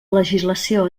legislació